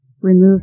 remove